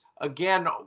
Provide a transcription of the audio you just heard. again